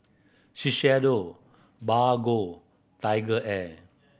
Shiseido Bargo TigerAir